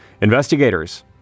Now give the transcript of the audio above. Investigators